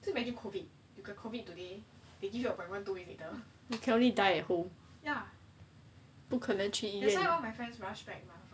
so many COVID if got COVID today they give you appointment two weeks later just die at home 不可能去医院